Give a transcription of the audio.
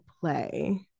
play